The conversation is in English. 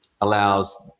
allows